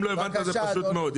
אם לא הבנת, זה פשוט מאוד.